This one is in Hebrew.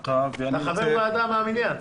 אתה חבר ועדה מן המניין.